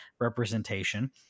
representation